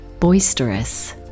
boisterous